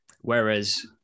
Whereas